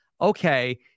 okay